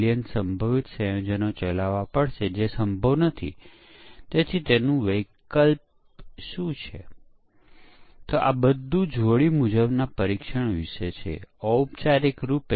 અમાન્ય અને અણધારીયા ઇનપુટ્સ આપવામાં આવે ત્યારે સોફ્ટવેર સારી રીતે વર્તે છે કે કેમ તે નકારાત્મક પરીક્ષણ કેસ સંભાળે છે